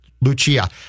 Lucia